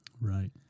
Right